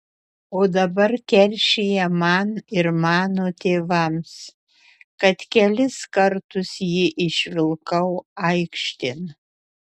o dabar keršija man ir mano tėvams kad kelis kartus jį išvilkau aikštėn